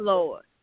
Lord